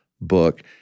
book